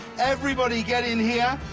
everybody get in here.